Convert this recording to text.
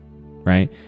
right